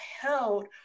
held